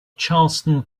charleston